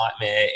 nightmare